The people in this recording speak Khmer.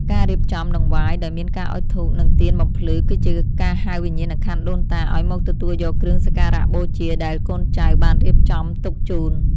ការរៀបចំដង្វាយដោយមានការអុជធូបនិងទៀនបំភ្លឺគឺជាការហៅវិញ្ញាណក្ខន្ធដូនតាឱ្យមកទទួលយកគ្រឿងសក្ការៈបូជាដែលកូនចៅបានរៀបចំទុកជូន។